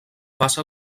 passa